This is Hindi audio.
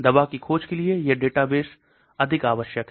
दवा की खोज के लिए यह डेटाबेस अधिक आवश्यक है